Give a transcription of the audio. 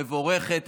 מבורכת.